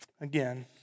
again